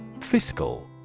Fiscal